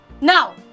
now